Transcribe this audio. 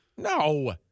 No